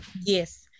Yes